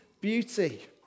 beauty